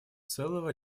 целого